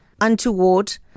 untoward